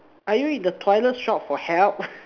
are you in the toilet shout for help